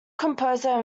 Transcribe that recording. composer